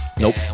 Nope